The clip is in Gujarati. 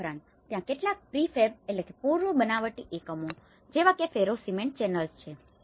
આ ઉપરાંત ત્યાં કેટલાક પ્રીફેબprefabપૂર્વ બનાવટી એકમો જેવા કે ફેરો સિમેન્ટ ચેનલ્સ છે